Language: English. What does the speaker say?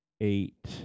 eight